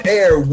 air